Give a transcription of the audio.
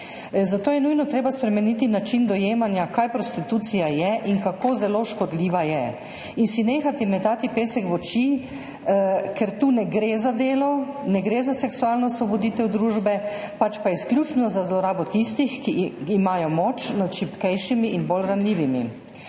Zato je nujno treba spremeniti način dojemanja, kaj prostitucija je in kako zelo škodljiva je, in si nehati metati pesek v oči, ker tu ne gre za delo, ne gre za seksualno osvoboditev družbe, pač pa izključno za zlorabo tistih, ki imajo moč nad šibkejšimi in bolj ranljivimi.